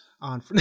on